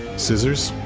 scissors